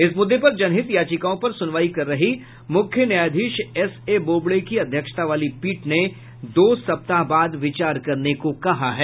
इस मुद्दे पर जनहित याचिकाओं पर सुनवाई कर रही मुख्य न्यायाधीश एस ए बोबडे की अध्यक्षता वाली पीठ ने दो सप्ताह बाद विचार करने को कहा है